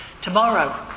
Tomorrow